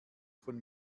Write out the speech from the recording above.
von